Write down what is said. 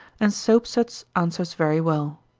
and soap-suds answers very well.